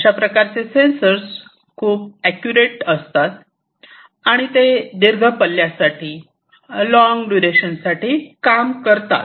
अशा प्रकारचे सेन्सर्स खूप ऍक्युरेट असतात आणि ते दीर्घ पल्यासाठी लॉंग दुरेशन साठी काम करतात